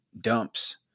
dumps